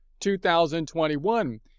2021